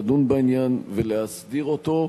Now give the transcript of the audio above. לדון בעניין ולהסדיר אותו,